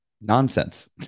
nonsense